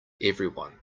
everyone